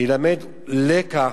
ילמד לקח,